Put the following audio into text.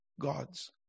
God's